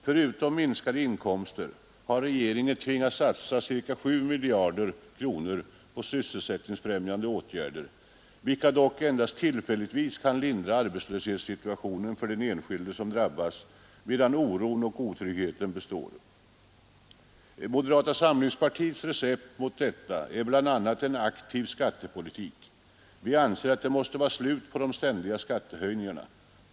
Förutom att staten fått minskade inkomster har regeringen tvingats satsa ca 7 miljarder kronor på sysselsättningsfrämjande åtgärder, vilka dock endast tillfälligt kan förbättra arbetslöshetssituationen för de enskilda som drabbats, medan oron och otryggheten består. Moderata samlingspartiets recept mot detta är bl.a. en aktiv skattepolitik. Vi anser att det måste vara slut på de ständiga skattehöjningarna.